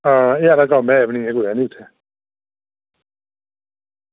आं एह् आह्ला कम्म ऐ बी निं ऐही उत्थें